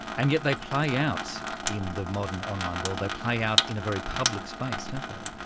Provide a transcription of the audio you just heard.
and yet they play out in the modern online world, they play out in a very public space, don't they.